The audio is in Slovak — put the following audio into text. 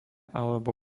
alebo